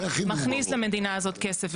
מכניס למדינה הזאת כסף,